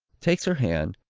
takes her hand,